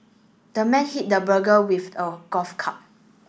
the man hit the burglar with a golf club